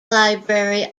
library